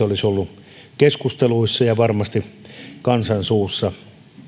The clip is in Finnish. olisi ollut keskusteluissa ja varmasti kansan suussa